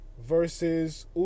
versus